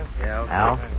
Al